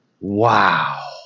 Wow